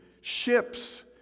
Ships